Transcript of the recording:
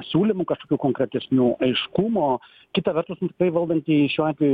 siūlymų kažkokių konkretesnių aiškumo kita vertus valdantieji šiuo atveju